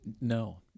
No